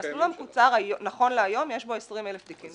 במסלול המקוצר, נכון להיום, יש 20,000 תיקים.